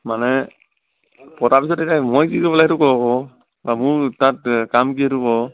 মানে পতাৰ পিছত এতিয়া মই কি কৰিব লাগে সেইটো ক আকৌ বা মোৰ তাত কাম কি সেইটো ক